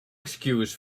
excuse